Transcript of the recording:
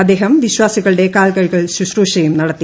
അദ്ദേഹം വിശ്വാസികളുടെ കാൽകഴുകൽ ശുശ്രൂഷയും നടത്തി